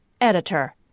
Editor